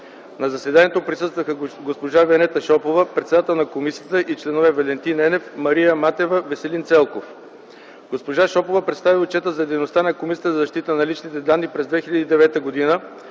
На заседанието присъстваха: госпожа Венета Шопова – председател на комисията, и членове Валентин Енев, Мария Матева, Веселин Целков. Госпожа Шопова представи отчета за дейността на Комисията за защита на личните данни през 2009 г.,